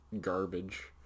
garbage